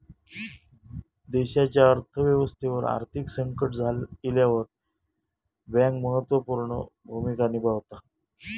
देशाच्या अर्थ व्यवस्थेवर आर्थिक संकट इल्यावर बँक महत्त्व पूर्ण भूमिका निभावता